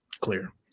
clear